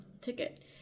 ticket